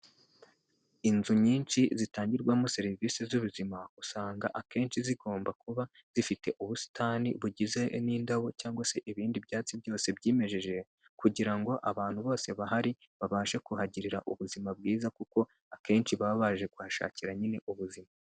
Inzu nyinshi zitangirwamo serivisi z'ubuzima, usanga akenshi zigomba kuba zifite ubusitani bugize n'indabo cyangwa se ibindi byatsi byose byimejeje kugira ngo abantu bose bahari, babashe kuhagirira ubuzima bwiza kuko akenshi baba baje kuhashakira nyine ubuzima.